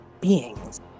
beings